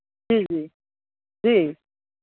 जी जी जी